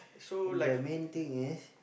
the main thing is